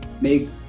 make